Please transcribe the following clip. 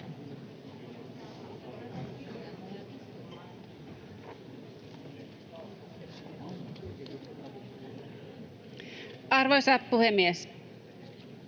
Arvoisa puhemies!